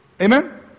Amen